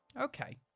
Okay